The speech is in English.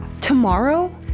Tomorrow